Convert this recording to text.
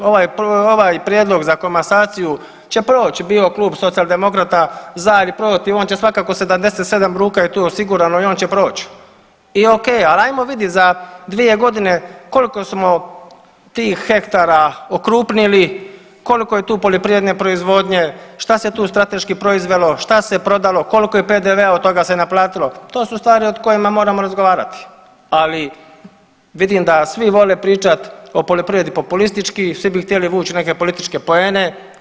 Ovaj prijedlog za komasaciju će proći bio klub Socijaldemokrata za ili protiv on će svakako 77 ruka je tu osigurano i on će proć i ok, ali ajmo vidit za dvije godine koliko smo tih hektara okrupnili, koliko je tu poljoprivredne proizvodnje, šta se tu strateški proizvelo, šta se prodalo, koliko je PDV-a od toga se naplatilo to su stvari o kojima moramo razgovarati, ali vidim da svi vole pričat o poljoprivredi populistički, svi bi htjeli vuć neke političke poene.